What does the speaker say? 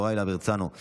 יוראי להב הרצנו,